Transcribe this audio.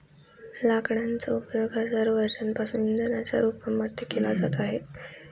लाकडांचा उपयोग हजारो वर्षांपासून इंधनाच्या रूपामध्ये केला जात आहे